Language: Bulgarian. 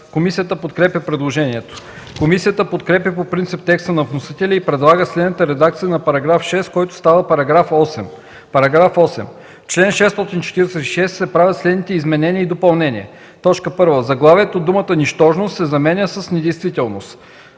Комисията подкрепя предложението. Комисията подкрепя по принцип текста на вносителя и предлага следната редакция на § 6, който става § 8: „§ 8. В чл. 646 се правят следните изменения и допълнения: 1. В заглавието думата „Нищожност” се заменя с „Недействителност”.